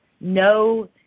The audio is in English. no